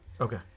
Okay